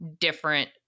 different